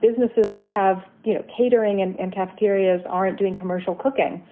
businesses that have no you know catering and and cafeterias aren't doing commercial cooking.